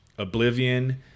Oblivion